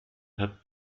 hat